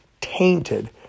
tainted